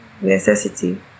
necessity